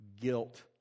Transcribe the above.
guilt